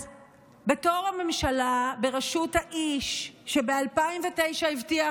אז בתור הממשלה בראשות האיש שב-2009 הבטיח